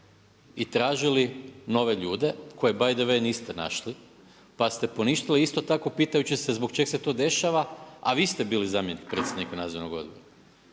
i tražili nove ljude koje by the way niste našli pa ste poništili isto tako pitajući se zbog čega se to dešava a vi ste bili zamjenik predsjednika nadzornog odbora.